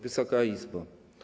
Wysoka Izbo!